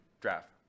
draft